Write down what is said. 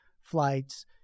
flights